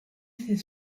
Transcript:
ces